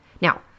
Now